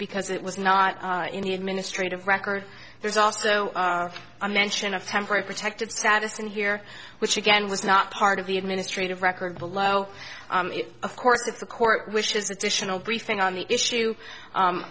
because it was not in the administrative records there's also a mention of temporary protected status in here which again was not part of the administrative record below of course if the court wishes additional briefing on the issue